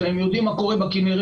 ואתם יודעים מה קורה בכינרת.